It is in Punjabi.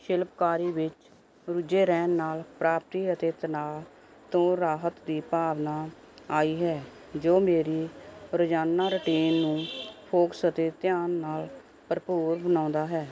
ਸ਼ਿਲਪਕਾਰੀ ਵਿੱਚ ਰੁੱਝੇ ਰਹਿਣ ਨਾਲ ਪ੍ਰਾਪਤੀ ਅਤੇ ਤਣਾਅ ਤੋਂ ਰਾਹਤ ਦੀ ਭਾਵਨਾ ਆਈ ਹੈ ਜੋ ਮੇਰੀ ਰੋਜ਼ਾਨਾ ਰੂਟੀਨ ਨੂੰ ਫੋਕਸ ਅਤੇ ਧਿਆਨ ਨਾਲ ਭਰਪੂਰ ਬਣਾਉਂਦਾ ਹੈ